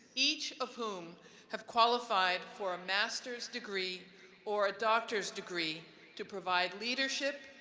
each of whom has qualified for a master's degree or a doctor's degree to provide leadership,